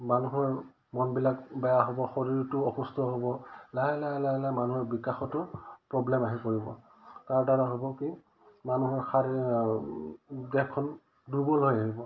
মানুহৰ মনবিলাক বেয়া হ'ব শৰীৰটো অসুস্থ হ'ব লাহে লাহে লাহে লাহে মানুহৰ বিকাশতো প্ৰব্লেম আহি পৰিব তাৰ দ্বাৰা হ'ব কি মানুহৰ শাৰী দেশখন দুৰ্বল হৈ আহিব